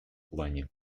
плане